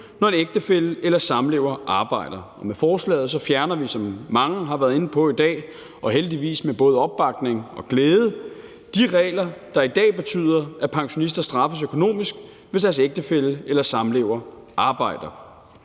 når en ægtefælle eller samlever arbejder. Med forslaget fjerner vi, som mange har været inde på i dag – og heldigvis med både opbakning og glæde – de regler, der i dag betyder, at pensionister straffes økonomisk, hvis deres ægtefælle eller samlever arbejder.